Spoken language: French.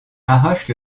arrache